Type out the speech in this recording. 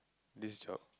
this job